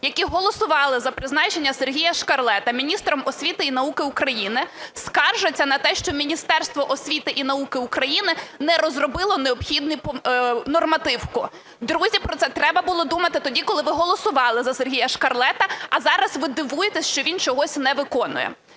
які голосували за призначення Сергія Шкарлета міністром освіти і науки України, скаржаться на те, що Міністерство освіти і науки України не розробило необхідну нормативку. Друзі, про це треба було думати тоді, коли ви голосували за Сергія Шкарлета, а зараз ви дивуєтесь, що він чогось не виконує.